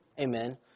Amen